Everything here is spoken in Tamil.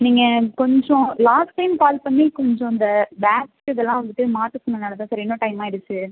நீங்கள் கொஞ்சம் லாஸ்ட் டைம் கால் பண்ணி கொஞ்சம் இந்த பேட்ச் இதெல்லாம் வந்துகிட்டு மாற்ற சொன்னதுனால் தான் சார் இன்னும் டைம் ஆகிடுச்சி